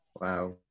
Wow